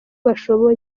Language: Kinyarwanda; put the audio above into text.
bashoboye